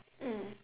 mm